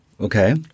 Okay